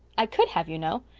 i could have, you know.